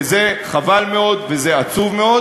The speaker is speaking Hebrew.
וזה חבל מאוד וזה עצוב מאוד,